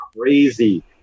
crazy